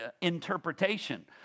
interpretation